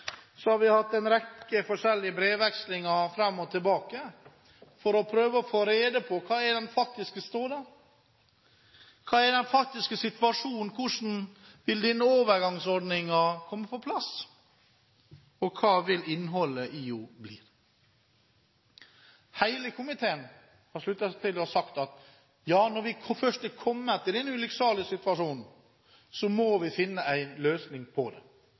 Så har vi hatt en rekke forskjellige brevvekslinger fram og tilbake for å prøve å få rede på hva som er den faktiske stoda. Hva er den faktiske situasjonen? Hvordan vil den nåværende ordningen komme på plass? Og hva vil innholdet i den bli? Hele komiteen har sluttet seg til og sagt at når vi først er kommet i denne ulykksalige situasjonen, må vi finne en løsning på det.